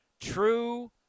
True